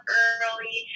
early